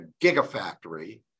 gigafactory